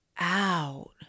out